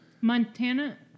Montana